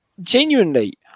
Genuinely